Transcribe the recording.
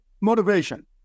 motivation